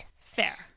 fair